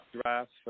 draft